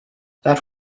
that